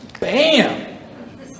Bam